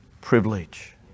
privilege